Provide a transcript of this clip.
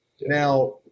Now